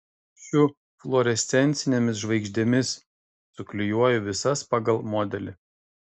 šiu fluorescencinėmis žvaigždėmis suklijuoju visas pagal modelį